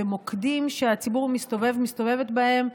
במוקדים שהציבור מסתובב-מסתובבת בהם,